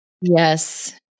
Yes